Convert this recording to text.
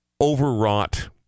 overwrought